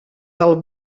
del